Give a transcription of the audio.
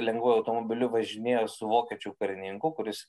lengvuoju automobiliu važinėjo su vokiečių karininku kuris